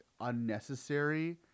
unnecessary